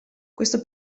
questo